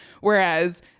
Whereas